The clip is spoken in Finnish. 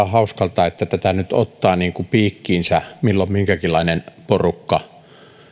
hauskalta se että tätä nyt ottaa piikkiinsä milloin minkäkinlainen porukka